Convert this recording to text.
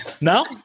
no